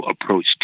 approach